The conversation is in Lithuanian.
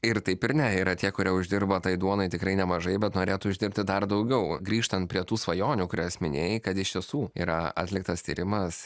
ir taip ir ne yra tie kurie uždirba tai duonai tikrai nemažai bet norėtų uždirbti dar daugiau grįžtant prie tų svajonių kurias minėjai kad iš tiesų yra atliktas tyrimas